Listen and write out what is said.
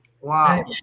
wow